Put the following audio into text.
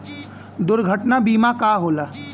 दुर्घटना बीमा का होला?